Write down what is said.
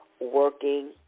working